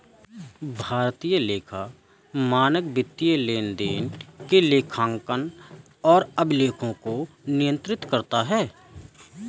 भारतीय लेखा मानक वित्तीय लेनदेन के लेखांकन और अभिलेखों को नियंत्रित करता है